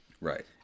Right